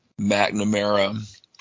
McNamara